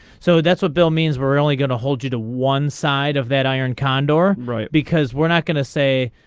so that's a bill means we're only going to hold you to one side of that iron condor. right because we're not gonna say.